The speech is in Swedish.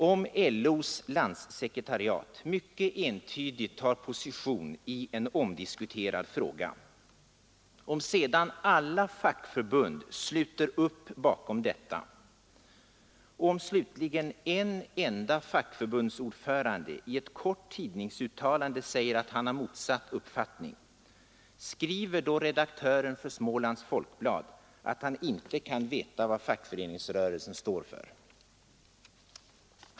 Om LO:s landssekretariat mycket entydigt tar position i en omdiskuterad fråga, om sedan alla fackförbund sluter upp bakom detta och om slutligen en enda fackförbundsordförande i ett kort tidningsuttalande säger att han har motsatt uppfattning, skriver då redaktören för Smålands Folkblad att han inte kan veta vad fackföreningsrörelsen står för?